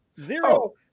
Zero